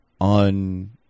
on